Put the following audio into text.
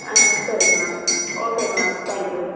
ஆ சரிங்க மேம் ஓகேங்க ma'am thank you